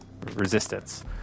resistance